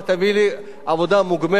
אמרתי: תביא לי עבודה מוגמרת.